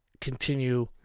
continue